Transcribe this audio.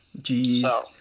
Jeez